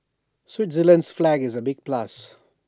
Switzerland's flag is A big plus